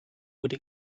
would